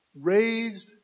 raised